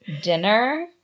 dinner